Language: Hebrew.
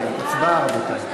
102). הצבעה, רבותי.